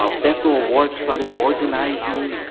ah beto o'rourke started organizing,